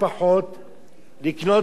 לקנות דירה שנייה.